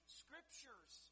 scriptures